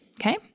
okay